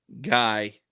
guy